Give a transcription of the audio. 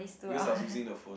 because I was using the phone